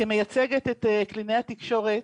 כמייצגת את קלינאי התקשורת,